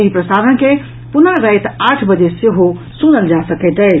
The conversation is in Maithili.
एहि प्रसारण के पुनः राति आठ बजे सेहो सुनल जा सकैत अछि